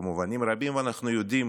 במובנים רבים אנחנו יודעים